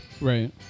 Right